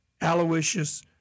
Aloysius